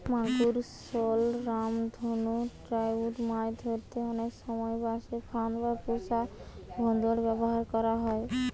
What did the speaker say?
মাগুর, শল, রামধনু ট্রাউট মাছ ধরতে অনেক সময় বাঁশে ফাঁদ বা পুশা ভোঁদড় ব্যাভার করা হয়